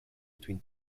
between